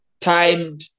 timed